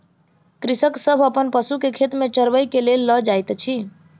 कृषक सभ अपन पशु के खेत में चरबै के लेल लअ जाइत अछि